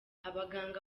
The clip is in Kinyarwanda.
abaganga